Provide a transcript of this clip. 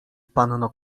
panno